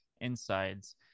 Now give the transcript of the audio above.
insides